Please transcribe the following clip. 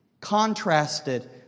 contrasted